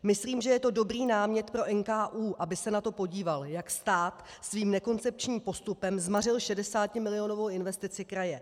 Myslím, že je to dobrý námět pro NKÚ, aby se na to podíval, jak stát svým nekoncepčním postupem zmařil 60milionovou investici kraje.